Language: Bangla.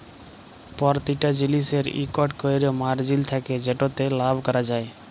পরতিটা জিলিসের ইকট ক্যরে মারজিল থ্যাকে যেটতে লাভ ক্যরা যায়